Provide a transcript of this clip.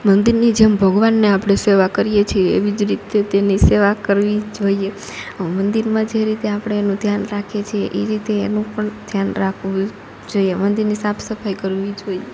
મંદિરની જેમ ભગવાનની આપણે સેવા કરીએ છીએ એવી જ રીતે તેની સેવા કરવી જોઈએ મંદિરમાં જે રીતે આપણે એનું ધ્યાન રાખીએ છીએ એ રીતે એનું પણ ધ્યાન રાખવું જોઈએ મંદિરની સાફસફાઈ કરવી જોઈએ